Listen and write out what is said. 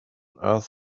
earth